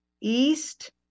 East